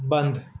બંધ